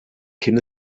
came